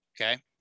okay